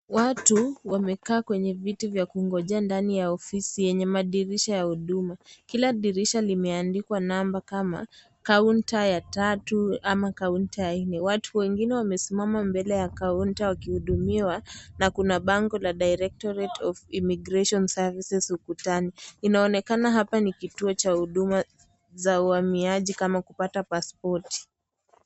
Watu wamekaa kwenye viti vya kungojea ndani ya ofisi yenye madirisha ya huduma. Kila dirisha limeandikwa namba kama kaunta ya tatu ama kaunti ya nne. Watu wengine wamesimama mbele ya kaunta wakihudumiwa na kuna bango la directorate of immigration services ukutani. Inaonekana hapa ni kituo cha huduma za uhamiaji kama kupata pasipoti.